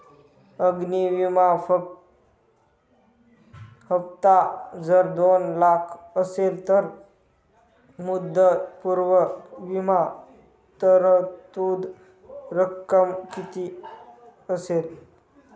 अग्नि विमा हफ्ता जर दोन लाख असेल तर मुदतपूर्व विमा तरतूद रक्कम किती असेल?